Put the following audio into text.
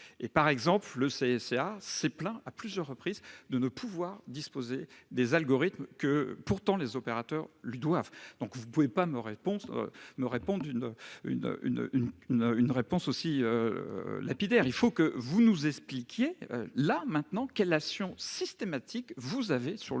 Par exemple, le CSA s'est plaint à plusieurs reprises de ne pouvoir disposer des algorithmes que, pourtant, les opérateurs lui doivent. Vous ne pouvez pas me faire une réponse aussi lapidaire. Il faut que vous nous expliquiez, là, maintenant, quelle action systématique vous menez pour